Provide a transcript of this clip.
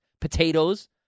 Potatoes